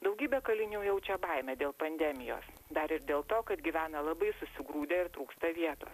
daugybė kalinių jaučia baimę dėl pandemijos dar ir dėl to kad gyvena labai susigrūdę ir trūksta vietos